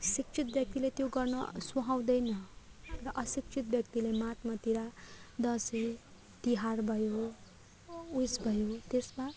शिक्षित व्यक्तिले त्यो गर्न सुहाउँदैन र अशिक्षित व्यक्तिले मद मदिरा दसैँ तिहार भयो उयेस भयो त्यसमा